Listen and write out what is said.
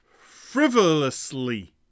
frivolously